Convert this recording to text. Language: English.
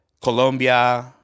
Colombia